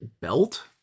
Belt